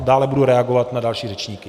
Dále budu reagovat na další řečníky.